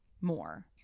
more